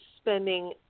spending